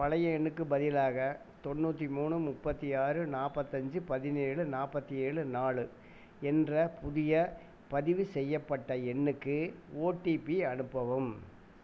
பழைய எண்ணுக்குப் பதிலாக தொண்ணூற்றி மூணு முப்பத்தி ஆறு நாற்பத்தஞ்சு பதினேழு நாற்பத்தி ஏழு நாலு என்ற புதிய பதிவுசெய்யப்பட்ட எண்ணுக்கு ஓடிபி அனுப்பவும்